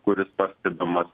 kuris pastebimas